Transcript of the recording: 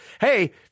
Hey